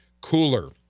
cooler